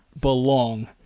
belong